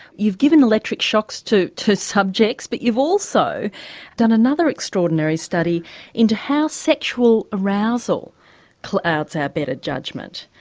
you've given electric shocks to to subjects, but you've also done another extraordinary study into how sexual arousal clouds our better judgment.